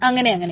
അങ്ങനെ